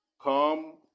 come